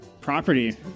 Property